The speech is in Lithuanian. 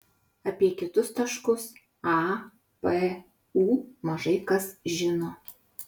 apie kitus taškus a p u mažai kas žino